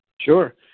Sure